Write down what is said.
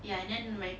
ya and then my